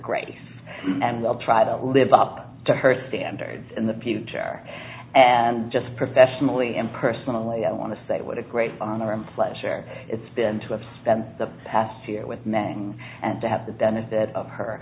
grace and will try to live up to her standards in the p j r and just professionally and personally i want to say what a great honor and pleasure it's been to have spent the past year with men and to have the benefit of her